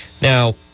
Now